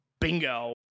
Bingo